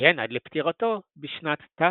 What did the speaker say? כיהן עד לפטירתו בשנת תשי"א.